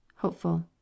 Hopeful